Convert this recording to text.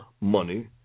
money